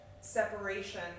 separation